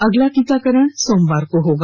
अगला टीकाकरण सोमवार को होगा